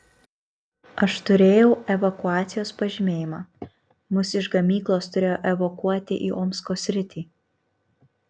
aš turėjau evakuacijos pažymėjimą mus iš gamyklos turėjo evakuoti į omsko sritį